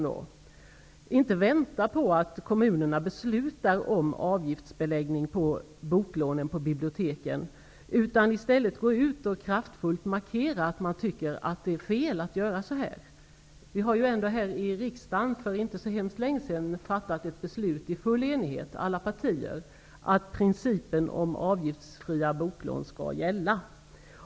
I stället för att vänta på att kommunerna beslutar om avgiftsbeläggning av boklånen på biblioteken borde hon gå ut och kraftfullt markera att hon tycker att det är fel att göra så här. Alla partier här i riksdagen har ju ändå för inte så länge sedan i full enighet fattat ett beslut om att principen om avgiftsfria boklån skall gälla.